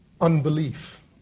unbelief